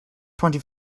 twenty